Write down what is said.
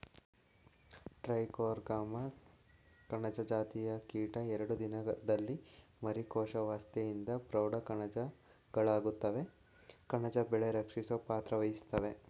trichogramma ಕಣಜ ಜಾತಿಯ ಕೀಟ ಎರಡು ದಿನದಲ್ಲಿ ಮರಿ ಕೋಶಾವಸ್ತೆಯಿಂದ ಪ್ರೌಢ ಕಣಜಗಳಾಗುತ್ವೆ ಕಣಜ ಬೆಳೆ ರಕ್ಷಿಸೊ ಪಾತ್ರವಹಿಸ್ತವೇ